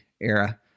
era